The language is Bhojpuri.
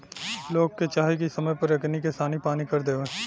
लोग के चाही की समय पर एकनी के सानी पानी कर देव